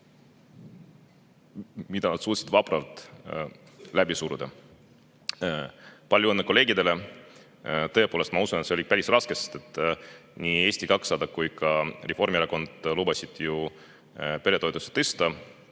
mille nad suutsid vapralt läbi suruda. Palju õnne kolleegidele! Tõepoolest, ma usun, et see oli päris raske, sest nii Eesti 200 kui ka Reformierakond lubasid ju peretoetusi tõsta.